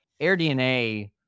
AirDNA